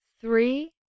three